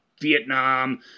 Vietnam